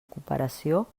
cooperació